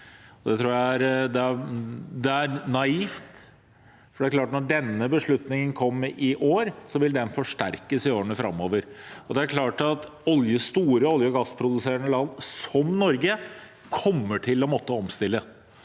det er klart at når denne beslutningen kom i år, vil den forsterkes i årene framover. Det er klart at store olje- og gassproduserende land som Norge kommer til å måtte